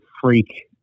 freak